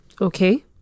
Okay